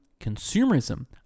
consumerism